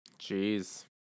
Jeez